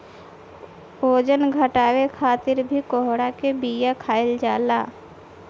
बजन घटावे खातिर भी कोहड़ा के बिया खाईल जाला